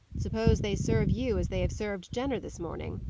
suppose they serve you as they have served jenner this morning?